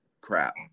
crap